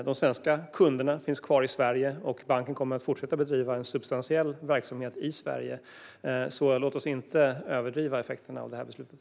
De svenska kunderna finns kvar i Sverige och banken kommer att fortsätta bedriva substantiell verksamhet i Sverige, så låt oss inte överdriva effekterna av det här beslutet.